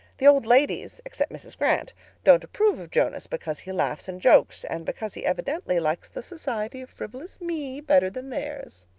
the old ladies except mrs. grant don't approve of jonas, because he laughs and jokes and because he evidently likes the society of frivolous me better than theirs.